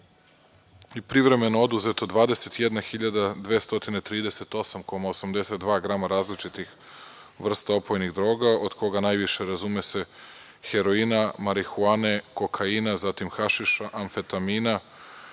i privremeno oduzeto 21.238,82 grama različitih vrsta opojnih droga od koga najviše razume se heroina, marihuane, kokaina, zatim hašiša, amfetamina,